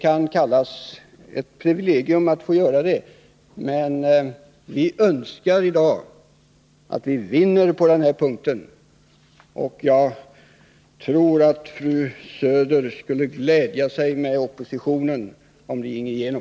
Det må kallas för ett privilegium att få göra det, men vi önskar att vi vinner på den här punkten. Jag tror också att fru Söder skulle kunna glädja sig med oppositionen, om förslagen ginge igenom.